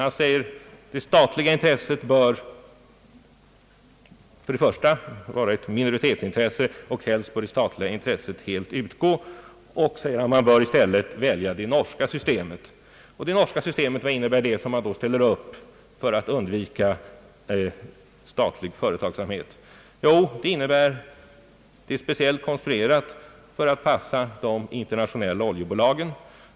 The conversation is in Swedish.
Han säger att det statliga intresset bör vara ett minoritetsintresse och helt borde utgå. Han säger att man i stället borde välja det norska systemet. Vad innebär då det norska systemet som han alltså ställer upp för att undvika statlig företagsamhet? Jo, det är speciellt konstruerat för att passa de internationella oljebolagen.